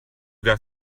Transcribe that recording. got